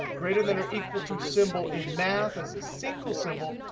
greater than or equal to symbol in math is a single symbol,